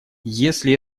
если